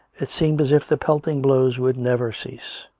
it seemed as if the pelting blows would never cease.